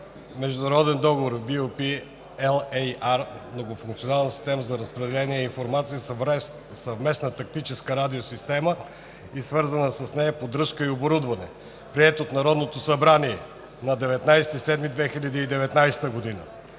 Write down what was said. Международен договор BU-P-LAR „Многофункционална система за разпределение на информация – Съвместна тактическа радиосистема и свързана с нея поддръжка и оборудване“, приет от Народното събрание на 19 юли 2019 г.“